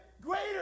greater